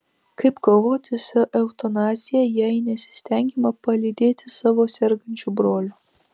kaip kovoti su eutanazija jei nesistengiama palydėti savo sergančių brolių